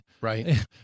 Right